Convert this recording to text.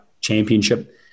championship